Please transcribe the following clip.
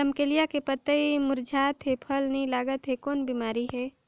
रमकलिया के पतई मुरझात हे फल नी लागत हे कौन बिमारी हे?